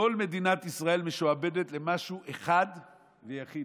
כל מדינת ישראל משועבדת למשהו אחד ויחיד,